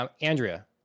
Andrea